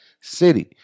city